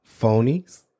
Phonies